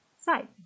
side